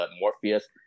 Morpheus